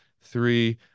three